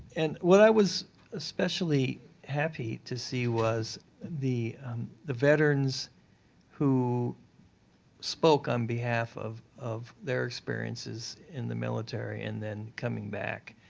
and what i was especially happy to see was the the veterans who spoke on behalf of of their experiences in the military and then coming back.